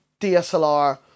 DSLR